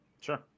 Sure